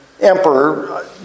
emperor